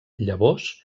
llavors